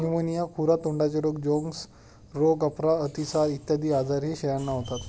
pneumonia, खुरा तोंडाचे रोग, जोन्स रोग, अपरा, अतिसार इत्यादी आजारही शेळ्यांना होतात